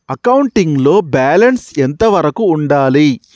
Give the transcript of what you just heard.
Accounting లో balance ఎంత వరకు ఉండాలి?